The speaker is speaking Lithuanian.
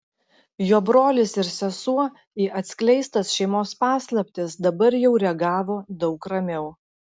jo brolis ir sesuo į atskleistas šeimos paslaptis dabar jau reagavo daug ramiau